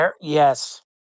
Yes